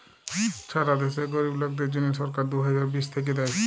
ছারা দ্যাশে গরীব লোকদের জ্যনহে সরকার দু হাজার বিশ থ্যাইকে দেই